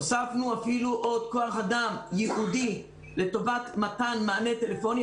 הוספנו אפילו עוד כוח אדם ייעודי לטובת מתן מענה טלפוני.